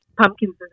pumpkins